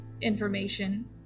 information